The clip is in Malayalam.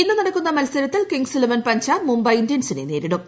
ഇന്ന് നടക്കുന്ന മത്സരത്തിൽ കിംഗ്സ് ഇലവൻ പഞ്ചാബ് മുംബൈ ഇന്ത്യൻസിനെ ന്ദേരിടും